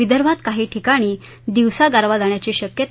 विदर्भात काही ठिकाणी दिवसा गारवा जाणवण्याची शक्यता